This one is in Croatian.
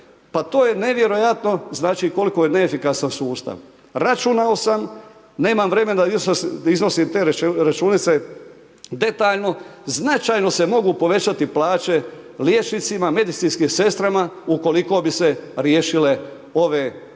pa to je nevjerojatno koliko je neefikasan sustav. Računao sam, nemam vremena iznosit te računice detaljno, značajno se mogu povećati plaće liječnicima, medicinskim sestrama ukoliko bi se riješile ove stvari